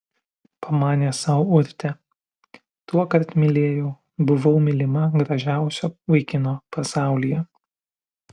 pamanė sau urtė tuokart mylėjau buvau mylima gražiausio vaikino pasaulyje